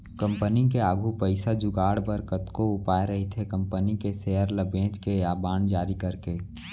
company के आघू पइसा जुगाड़ बर कतको उपाय रहिथे कंपनी के सेयर ल बेंच के या बांड जारी करके